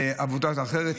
לעבודה אחרת,